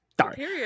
sorry